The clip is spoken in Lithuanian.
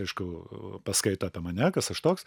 aišku u paskaito apie mane kas aš toks